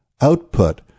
output